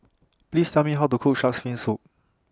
Please Tell Me How to Cook Shark's Fin Soup